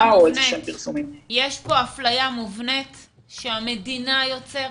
יש פה אפליה מובנית שהמדינה יוצרת,